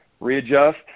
readjust